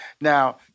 Now